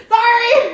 Sorry